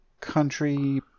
country